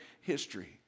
history